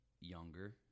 younger